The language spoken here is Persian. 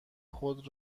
خود